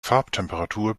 farbtemperatur